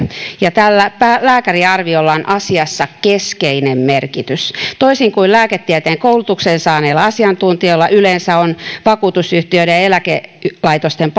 ja lääkärin arviolla on asiassa keskeinen merkitys toisin kuin lääketieteen koulutuksen saaneet asiantuntijat yleensä vakuutusyhtiöiden ja eläkelaitosten